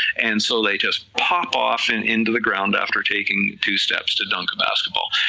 and so they just pop off and into the ground after taking two steps to dunk a basketball.